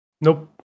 Nope